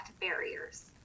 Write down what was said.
barriers